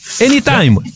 anytime